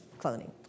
cloning